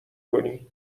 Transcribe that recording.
کنی